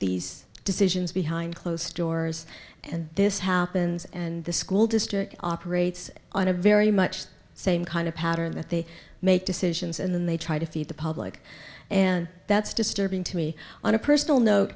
these decisions behind closed doors and this happens and the school district operates on a very much the same kind of pattern that they make decisions and then they try to feed the public and that's disturbing to me on a personal note